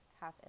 half